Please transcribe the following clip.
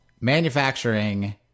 manufacturing